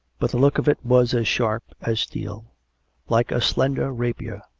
but the look of it was as sharp as steel like a slender rapier,